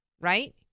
right